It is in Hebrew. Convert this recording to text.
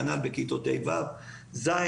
כנ"ל בכיתות ה' ו'; ז',